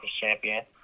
champion